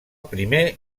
primer